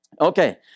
Okay